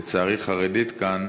לצערי, חרדית, כאן,